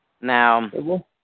Now